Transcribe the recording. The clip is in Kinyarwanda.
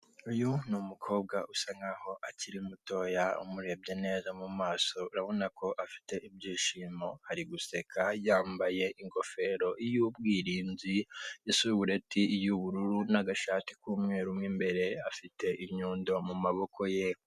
Uyu ni umukobwa usa n'aho akiri mutoya umurebye neza mu maso urabona ko afite ibyishimo ari guseka yambaye ingofero y'ubwirinzi isubureti y'ubururu n'agashati k'umweru mo imbere afite inyundo mu maboko ye.